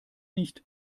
nicht